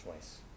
choice